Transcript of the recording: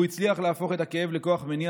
והוא הצליח להפוך את הכאב לכוח מניע